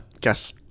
guess